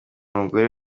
mugore